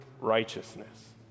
righteousness